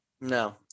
No